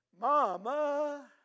Mama